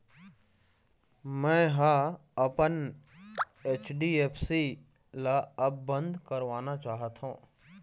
मै ह अपन एफ.डी ला अब बंद करवाना चाहथों